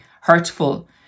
hurtful